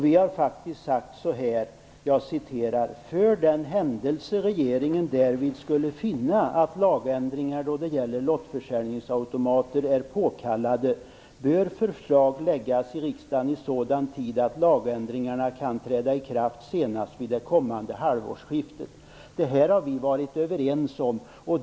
Vi har sagt så här: "För den händelse regeringen därvid skulle finna att lagändringar då det gäller lottförsäljningsautomater är påkallade, bör förslag föreläggas riksdagen i sådan tid att lagändringarna kan träda i kraft senast vid det kommande halvårsskiftet." Det här har vi varit överens om.